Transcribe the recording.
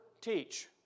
teach